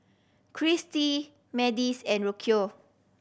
Christie Madisyn and Rocio